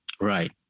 Right